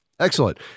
Excellent